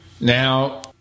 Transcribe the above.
Now